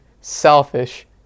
selfish